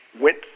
went